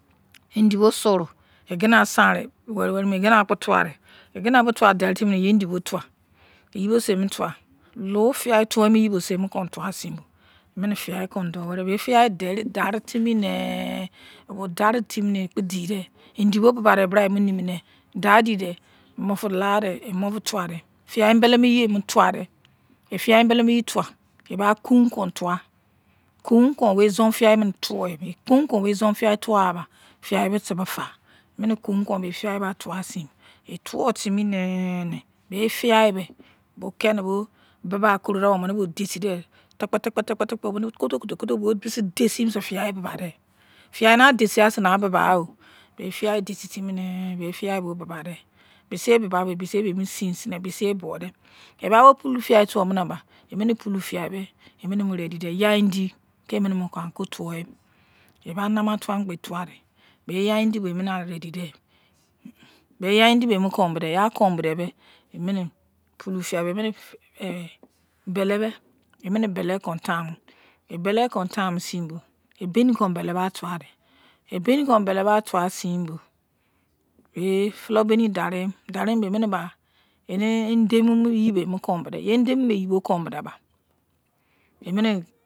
En-indi bo suru, egina san yei weri weri wemi, egina bou tuwadei, egina bo eniu tuwaiweri dari timi, indi bo kpo emu tuwa, lou fiyai tuwe mini yeibosei emo tuwa sin bo, emini fuyai kon dou weri dei dari tuwo timi bo ekpo diedei indi bo bubadei, dadidei, emufu laide, fiyai embelemo yi emo tuwai dei, efiyai embelemo gi emo tuwa, eba kun kon towa, kun kon aki wei izon-fiyai bo ki tuwo mei, kun kon wei izon-fufai tuwo aba, fiyai wei teibee fa kun kon mei fiyai tuwa, efuwo timinene, kpo fiyai bei bo kenibo bebakurodei onieni kenitinu bo desidei tikpi tikpi, kufo kufo desiemisei fiyai mei bebaide. Fiyai nai desiyasei nai bebai ayo bei fiyai desilumine bei fiyai bo bebaidei, beisieye bebaibo yei osine. Mibiseye bowodei. Eba pulu fiyai tuwo dein bai emi pulu fiyai mei readi dei, yai indi kei emini kon aki owu emi eba nima tuwadoumi kpo emine a readi dei bei yai-indi bo yei akon bodei yankoubodei emi pulu fiyai bei enune bele kon taumu nei, yei kon taumu sein bo ebeni kon aki belle mai tuwadei, ebeni kon aki belle mai tuwa sin bo yei fulou beni darim, darim mie yei emi ba enie edemomoyi bo kon bodei edemoyi bo kon bodei ba emine.